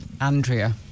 Andrea